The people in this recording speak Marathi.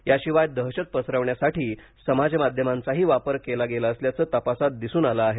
याशिवाय दहशत पसरवण्यासाठी समाज माध्यमांचाही वापर केला गेल्याचं तपासात दिसून आलं आहे